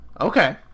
Okay